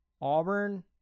Auburn